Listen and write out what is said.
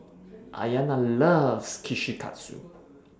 Aiyana loves Kushikatsu